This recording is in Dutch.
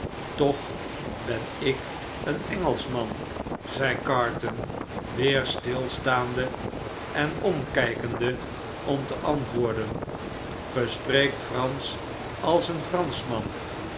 toch b e n ik een engelschman zei carton weer stilstaande en omkijkende om te antwoorden ge spreekt fransch als een franschman